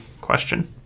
question